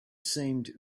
seemed